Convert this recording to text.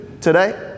today